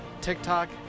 TikTok